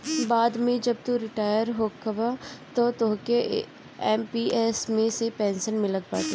बाद में जब तू रिटायर होखबअ तअ तोहके एम.पी.एस मे से पेंशन मिलत बाटे